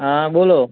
હા બોલો